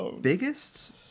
biggest